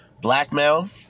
blackmail